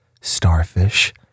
starfish